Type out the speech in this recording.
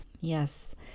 Yes